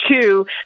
two